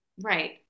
right